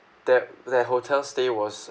that that hotel stay was